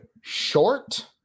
Short